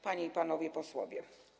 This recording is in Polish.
Panie i Panowie Posłowie!